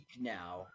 now